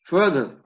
Further